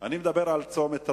אני מדבר על צומת ראמה,